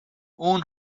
اون